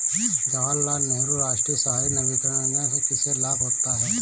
जवाहर लाल नेहरू राष्ट्रीय शहरी नवीकरण योजना से किसे लाभ होता है?